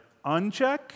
uncheck